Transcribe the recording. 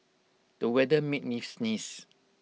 the weather made me sneeze